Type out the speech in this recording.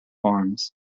farms